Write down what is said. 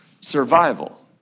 survival